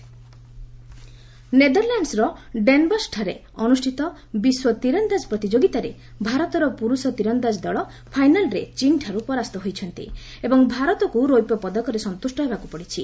archery silver ନେଦରଲ୍ୟାଣ୍ଡସ୍ର ଡେନ୍ ବସ୍ଠାରେ ଅନୁଷ୍ଠିତ ବିଶ୍ୱ ତୀରନ୍ଦାଜ୍ ପ୍ରତିଯୋଗିତାରେ ଭାରତର ପୁରୁଷ ତୀରନ୍ଦାକ ଦଳ ଫାଇନାଲ୍ରେ ଚୀନ୍ଠାରୁ ପରାସ୍ତ ହୋଇଛନ୍ତି ଏବଂ ଭାରତକୁ ରୌପ୍ୟ ପଦକରେ ସନ୍ତୁଷ୍ଟ ହେବାକୁ ପଡ଼ିଛି